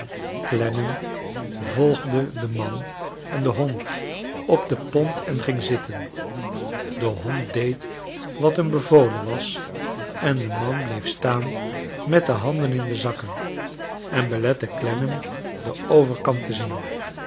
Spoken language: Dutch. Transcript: glennam volgde den man en den bond op de pont en ging zitten de hond deed wat hem bevolen was en de man bleef staan met de handen in de zakken en belette clennam den overkant te zien